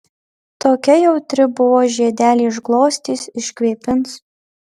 tokia jautri buvo žiedelį išglostys iškvėpins